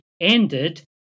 ended